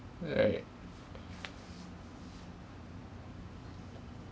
right